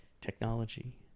technology